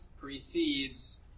precedes